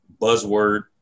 buzzword